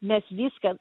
mes viską